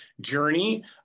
journey